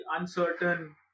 uncertain